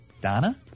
Donna